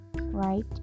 right